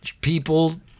people